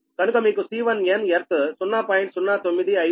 కనుక మీకు C1n earth 0